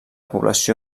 població